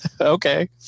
okay